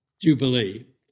Jubilee